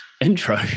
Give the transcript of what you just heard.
intro